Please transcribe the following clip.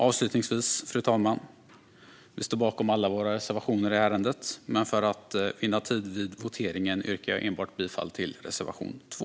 Avslutningsvis, fru talman, vill jag säga att vi står bakom alla våra reservationer i ärendet, men för att vinna tid vid voteringen yrkar jag bifall enbart till reservation 2.